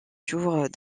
jours